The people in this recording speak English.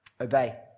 obey